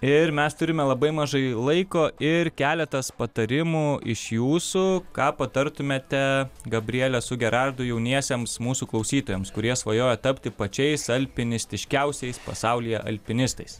ir mes turime labai mažai laiko ir keletas patarimų iš jūsų ką patartumėte gabrielę su gerardu jauniesiems mūsų klausytojams kurie svajoja tapti pačiais alpinistiškiaisiais pasaulyje alpinistais